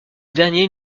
dernier